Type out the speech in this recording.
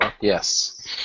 Yes